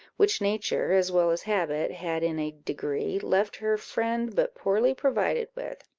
which nature as well as habit had in a degree left her friend but poorly provided with